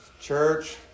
church